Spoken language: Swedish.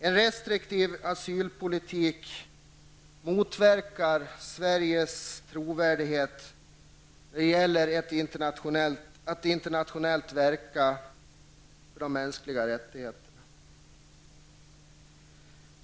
En restriktiv asylpolitik motverkar Sveriges trovärdighet när det gäller att internationellt verka för de mänskliga rättigheterna.